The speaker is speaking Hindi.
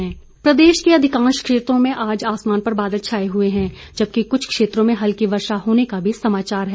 मौसम प्रदेश के अधिकांश क्षेत्रों में आज आसमान पर बादल छाए हुए हैं जबकि कुछ क्षेत्रों में हल्की वर्षा होने का भी समाचार है